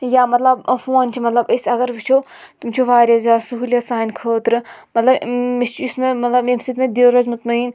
یا مطلب ٲں فوٗن چھِ مطلب أسۍ اگر وُچھُو تِم چھِ واریاہ زیادٕ سہوٗلیت سانہِ خٲطرٕ مطلب مےٚ چھُ یُس مےٚ مطلب ییٚمہِ سۭتۍ مےٚ دِل روزِ مُطمٔن